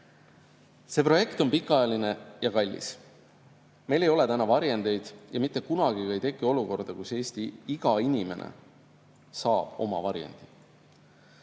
See projekt on pikaajaline ja kallis. Meil ei ole täna varjendeid ja mitte kunagi ka ei teki olukorda, kus iga Eesti inimene saab oma varjendi.